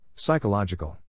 Psychological